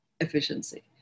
efficiency